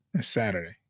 Saturday